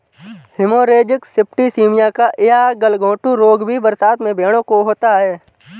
haemorrhagic septicaemia या गलघोंटू रोग भी बरसात में भेंड़ों को होता है